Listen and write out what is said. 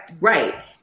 Right